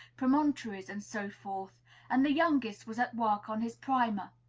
promontories, and so forth and the youngest was at work on his primer.